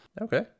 Okay